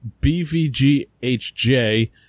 BVGHJ